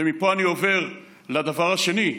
ומפה אני עובר לדבר השני,